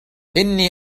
إني